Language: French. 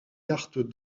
cartes